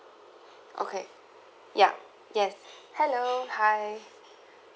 okay ya yes hello hi